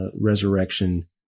resurrection